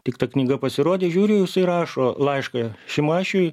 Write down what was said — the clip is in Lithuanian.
tik ta knyga pasirodė žiūriu jisai rašo laišką šimašiui